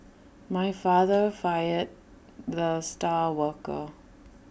my father fired the star worker